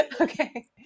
okay